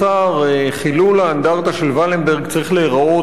חילול האנדרטה של ולנברג צריך להיראות במבט